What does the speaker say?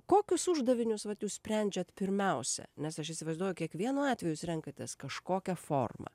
kokius uždavinius vat jūs sprendžiat pirmiausia nes aš įsivaizduoju kiekvienu atveju jūs renkatės kažkokią formą